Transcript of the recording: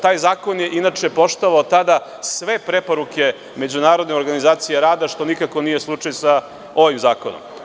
Taj zakon je inače poštovao tada sve preporuke Međunarodne organizacije rada, što nikako nije slučaj sa ovim zakonom.